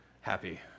happy